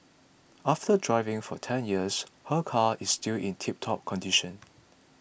after driving for ten years her car is still in tiptop condition